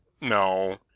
no